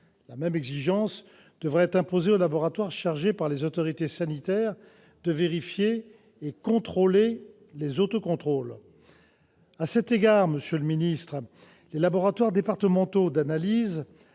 La même exigence devra être imposée aux laboratoires chargés par les autorités sanitaires de vérifier et de contrôler les autocontrôles. À cet égard, monsieur le ministre, les laboratoires départementaux d'analyses